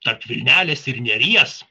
tarp vilnelės ir neries